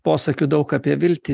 posakių daug apie viltį